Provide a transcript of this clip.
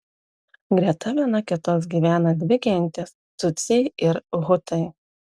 greta viena kitos gyvena dvi gentys tutsiai ir hutai